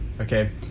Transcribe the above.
Okay